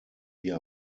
wir